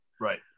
Right